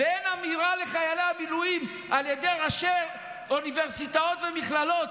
ואין אמירה לחיילי המילואים על ידי ראשי האוניברסיטאות והמכללות.